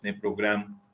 program